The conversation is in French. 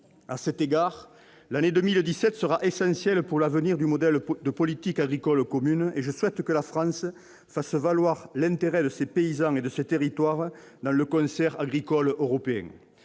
À cet égard, l'année 2017 sera essentielle pour l'avenir du modèle de politique agricole commune. Je souhaite que la France fasse valoir l'intérêt de ses paysans et de ses territoires dans le concert agricole européen.